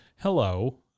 hello